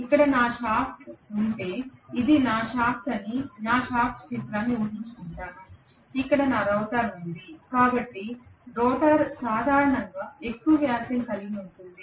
ఇక్కడ నా షాఫ్ట్ ఉంటే ఇది నా షాఫ్ట్ అని నేను షాఫ్ట్ చిత్రాన్ని హించుకుంటాను ఇక్కడ నా రోటర్ ఉంది కాబట్టి రోటర్ సాధారణంగా ఎక్కువ వ్యాసం కలిగి ఉంటుంది